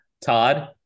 todd